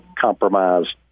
compromised